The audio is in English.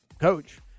coach